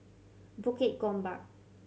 Bukit Gombak